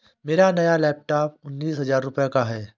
मेरा नया लैपटॉप उन्नीस हजार रूपए का है